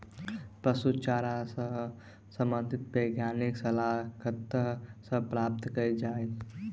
पशु चारा सऽ संबंधित वैज्ञानिक सलाह कतह सऽ प्राप्त कैल जाय?